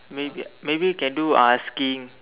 maybe maybe you can do asking